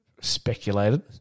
speculated